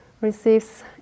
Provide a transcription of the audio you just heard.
receives